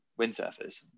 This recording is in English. windsurfers